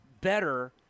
better